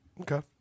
Okay